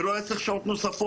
ולא היה צריך שעות נוספות,